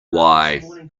why